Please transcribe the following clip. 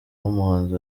nk’umuhanzi